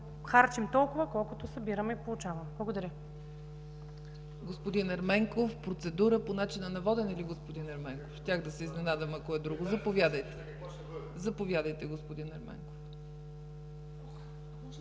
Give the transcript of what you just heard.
харчим толкова, колкото събираме и получаваме. Благодаря.